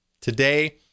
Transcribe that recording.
Today